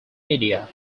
media